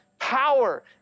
power